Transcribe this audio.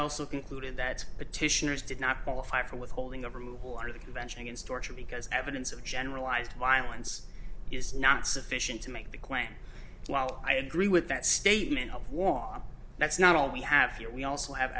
also concluded that petitioners did not qualify for withholding of removal are the convention against torture because evidence of generalized violence is not sufficient to make the question while i agree with that statement of war that's not all we have here we also have